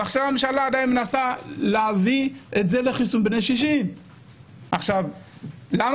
והממשלה עדיין מנסה להביא את זה לחיסון בני 60. מדובר